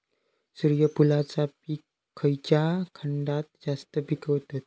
सूर्यफूलाचा पीक खयच्या खंडात जास्त पिकवतत?